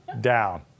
down